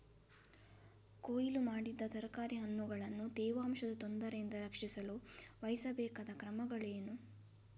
ಕೊಯ್ಲು ಮಾಡಿದ ತರಕಾರಿ ಹಣ್ಣುಗಳನ್ನು ತೇವಾಂಶದ ತೊಂದರೆಯಿಂದ ರಕ್ಷಿಸಲು ವಹಿಸಬೇಕಾದ ಕ್ರಮಗಳೇನು?